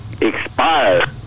expired